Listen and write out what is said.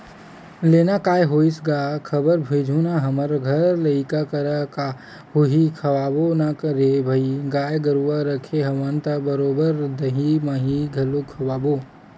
लेना काय होइस गा खबर भेजहूँ ना हमर घर लइका करा का होही खवाबो ना रे भई गाय गरुवा रखे हवन त बरोबर दहीं मही घलोक खवाबो